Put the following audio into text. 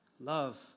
Love